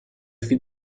fin